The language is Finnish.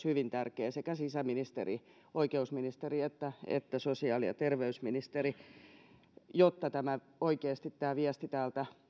hyvin tärkeää sekä sisäministeri oikeusministeri että että sosiaali ja terveysministeri jotta oikeasti tämä viesti täältä